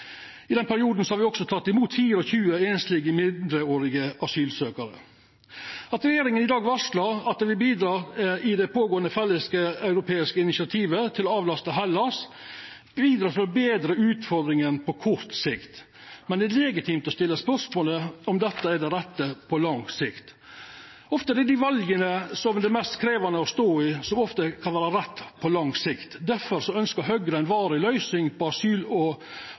I den perioden har me også teke imot 24 einslege mindreårige asylsøkjarar. At regjeringa i dag varslar at ein vil bidra i det pågåande felleseuropeiske initiativet til å avlasta Hellas, bidreg til å betra utfordringa på kort sikt, men det er legitimt å stilla spørsmålet om dette er det rette på lang sikt. Ofte er det dei vala som er mest krevjande å stå i, som kan vera rette på lang sikt. Difor ønskjer Høgre ei varig løysing på